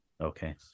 Okay